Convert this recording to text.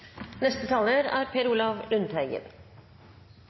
Neste taler er